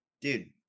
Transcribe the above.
dude